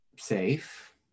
safe